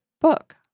book